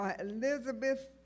Elizabeth